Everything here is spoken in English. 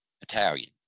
Italian